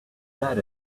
said